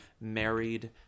married